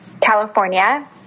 california